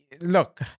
look